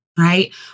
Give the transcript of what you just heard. Right